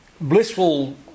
Blissful